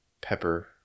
Pepper